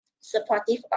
supportive